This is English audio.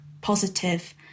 positive